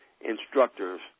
instructors